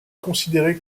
considéré